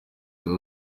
wari